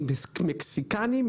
עם מקסיקנים.